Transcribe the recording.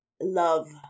love